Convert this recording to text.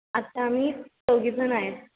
आता आम्ही चौघी जणी आहोत